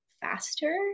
faster